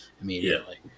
immediately